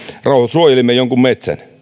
suojelemme jonkun metsän